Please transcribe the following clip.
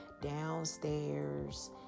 downstairs